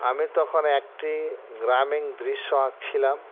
আমি তখন একটি গ্রামীণ দৃশ্য আঁকছিলাম